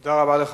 תודה רבה לך,